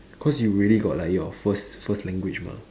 cause you really got like your first first language mah